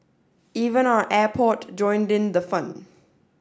even our airport joined in the fun